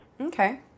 Okay